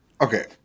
Okay